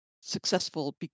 successful